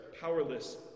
powerless